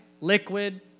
Liquid